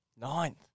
Ninth